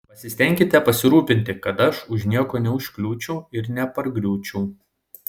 pasistenkite pasirūpinti kad aš už nieko neužkliūčiau ir nepargriūčiau